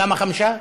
כמה, חמישה?